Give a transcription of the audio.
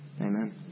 Amen